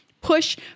push